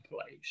place